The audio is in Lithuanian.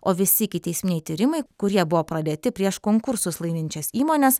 o visi ikiteisminiai tyrimai kurie buvo pradėti prieš konkursus laiminčias įmones